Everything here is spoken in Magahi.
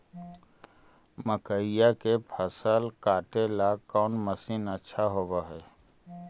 मकइया के फसल काटेला कौन मशीन अच्छा होव हई?